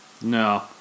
No